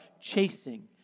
chasing